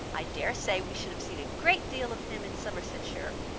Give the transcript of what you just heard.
i dare say we should have seen a great deal of him in somersetshire,